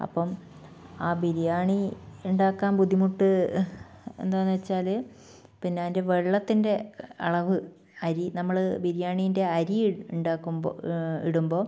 അപ്പം ആ ബിരിയാണി ഉണ്ടാക്കാൻ ബുദ്ധിമുട്ട് എന്താണെന്ന് വെച്ചാൽ പിന്നെ അതിൻ്റെ വെള്ളത്തിൻ്റെ അളവ് അരി നമ്മൾ ബിരിയാണീൻ്റെ അരി ഉണ്ടാക്കുമ്പോൾ ഇടുമ്പോൾ